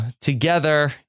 together